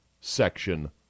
section